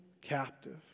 captive